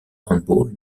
handball